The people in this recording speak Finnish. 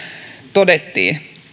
todettiin